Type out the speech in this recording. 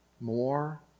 more